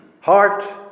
heart